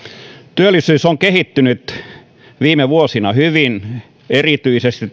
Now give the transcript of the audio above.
työllisyys on kehittynyt viime vuosina hyvin erityisesti